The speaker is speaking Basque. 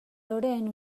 loreen